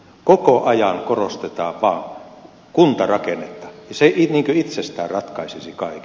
koko ajan korostetaan vaan kuntarakennetta ja se niin kuin itsestään ratkaisisi kaiken